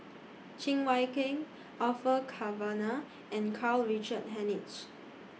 Cheng Wai Keung Orfeur Cavenagh and Karl Richard Hanitsch